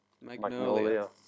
Magnolia